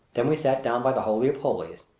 then we sat down by the holy of holies,